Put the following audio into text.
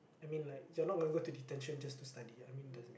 I mean like you're not gonna go to detention just to study I mean doesn't